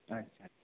আচ্ছা